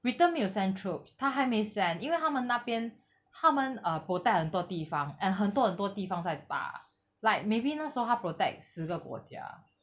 britain 没有 send troops 他还没 send 因为他们那边他们 uh protect 很多地方 and 很多很多地方在打 like maybe 那时候他 protect 十个国家